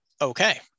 okay